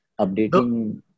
updating